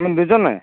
দুজনে